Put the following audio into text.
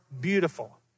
beautiful